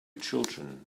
children